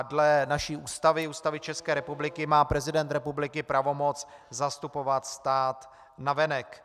Dle naší ústavy, Ústavy České republiky, má prezident republiky pravomoc zastupovat stát navenek.